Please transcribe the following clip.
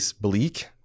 bleak